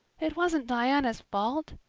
it wasn't diana's fault,